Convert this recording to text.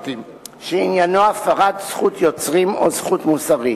שעניינו הפרת זכות יוצרים או זכות מוסרית.